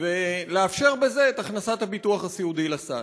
ולאפשר בזה את הכנסת הביטוח הסיעודי לסל.